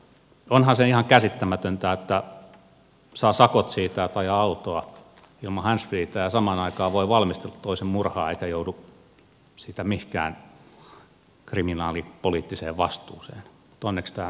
onhan se ihan käsittämätöntä että saa sakot siitä että ajaa autoa ilman handsfreetä ja samaan aikaan voi valmistella toisen murhaa eikä joudu siitä mihinkään kriminaalipoliittiseen vastuuseen mutta onneksi tämä nyt muuttuu